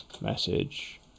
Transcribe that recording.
message